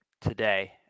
today